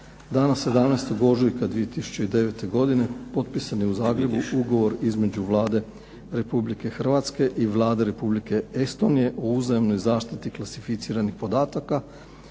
Dana 17. ožujka 2009. godine potpisan je ugovor između Vlade Republike Hrvatske i Vlade Republike Estonije o uzajamnoj zaštiti klasificiranih podataka